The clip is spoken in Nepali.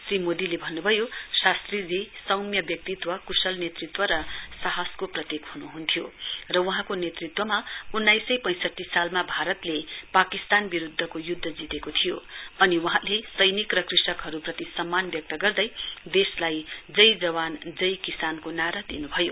श्री मोदीले भन्न्भयो शास्त्रीजी सौम्य व्यक्तित्व क्शल नेतृत्व र साहसको प्रतीक हन्हन्थ्यो र वहाँको नेतृत्वमा उन्नाइस सय पैंसठी सालमा भारतले पाकिस्तान विरूद्ध युद्ध जितेको थियो अनि वहाँले सैनिक र कृषकहरूप्रति सम्मान व्यक्त गर्दै देशलाई जय जवान जय किसानको नारा दिन् भयो